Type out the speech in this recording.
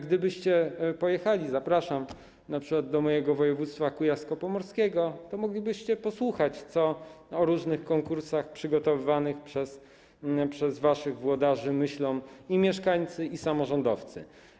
Gdybyście pojechali - zapraszam - np. do mojego województwa kujawsko-pomorskiego, to moglibyście posłuchać, co o różnych konkursach przygotowywanych przez waszych włodarzy myślą i mieszkańcy, i samorządowcy.